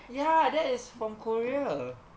ya that is from korea